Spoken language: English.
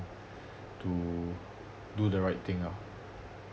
to do the right thing ah